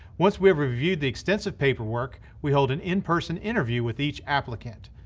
once we have reviewed the extensive paperwork, we hold an in-person interview with each applicant.